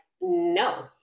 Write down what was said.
no